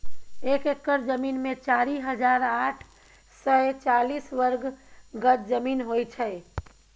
एक एकड़ जमीन मे चारि हजार आठ सय चालीस वर्ग गज जमीन होइ छै